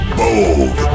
bold